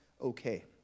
okay